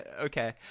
Okay